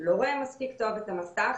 הוא לא רואה מספיק טוב את המסך,